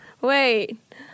wait